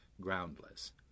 groundless